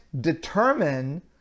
determine